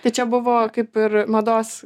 tai čia buvo kaip ir mados